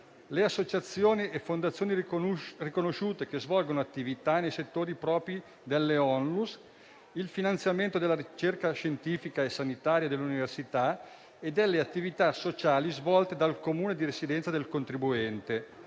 le associazioni e fondazioni riconosciute che svolgono attività nei settori propri delle ONLUS, il finanziamento della ricerca scientifica e sanitaria dell'università e delle attività sociali svolte dal Comune di residenza del contribuente,